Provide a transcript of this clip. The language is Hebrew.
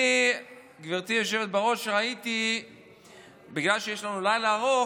אני, גברתי היושבת בראש, בגלל שיש לנו לילה ארוך,